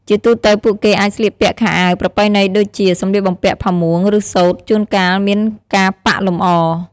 ជាទូទៅ ពួកគេអាចស្លៀកពាក់ខោអាវប្រពៃណីដូចេជា សម្លៀកបំពាក់ផាមួង ឬសូត្រ ជួនកាលមានការប៉ាក់លម្អ។